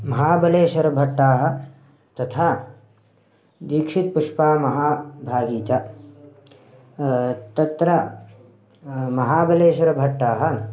महाबलेश्वरभट्टाः तथा दीक्षितपुष्पामहाभागी च तत्र महाबलेश्वरभट्टाः